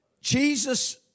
Jesus